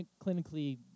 clinically